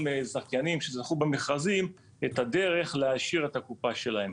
זכיינים שזכו במכרזים את הדרך להעשיר את הקופה שלהם.